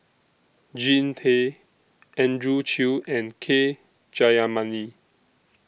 Jean Tay Andrew Chew and K Jayamani